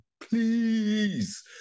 please